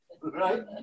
Right